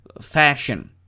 fashion